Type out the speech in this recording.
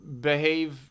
behave